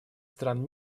стран